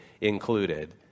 included